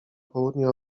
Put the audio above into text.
południu